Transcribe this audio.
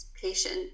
patient